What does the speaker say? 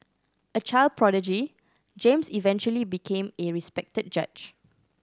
a child prodigy James eventually became a respected judge